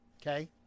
Okay